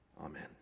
amen